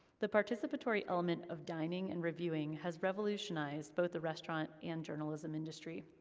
the participatory element of dining and reviewing has revolutionized both the restaurant and journalism industry.